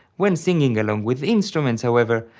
when singing along with instruments however,